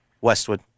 Westwood